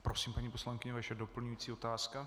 Prosím, paní poslankyně, vaše doplňující otázka.